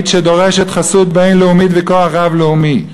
שדורשת חסות בין-לאומית וכוח רב-לאומי.